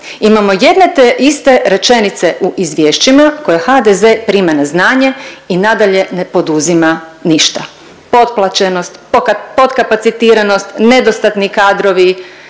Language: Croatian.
imamo jedne te iste rečenice u izvješćima koje HDZ prima na znanje i nadalje ne poduzima ništa. Potplaćenost, potkapacitiranost, nedostatni kadrovi,